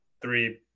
three